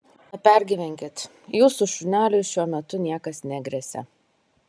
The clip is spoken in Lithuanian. nepergyvenkit jūsų šuneliui šiuo metu niekas negresia